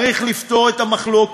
צריך לפתור את המחלוקת.